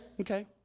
Okay